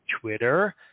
Twitter